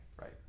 right